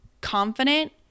confident